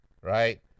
right